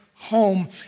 Home